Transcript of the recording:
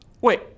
Wait